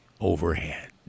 overhead